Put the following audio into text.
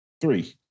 Three